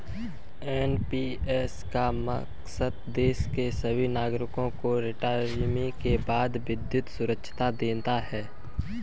NPS का मकसद देश के सभी नागरिकों को रिटायरमेंट के बाद वित्तीय सुरक्षा देना है